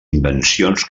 invencions